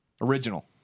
Original